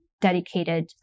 dedicated